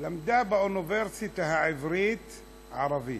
היא למדה באוניברסיטה העברית ערבית.